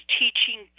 teaching